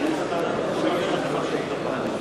על הסתייגויות של קבוצת ש"ס לסעיף 20,